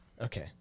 Okay